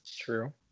True